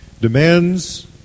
demands